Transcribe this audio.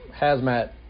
hazmat